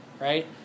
right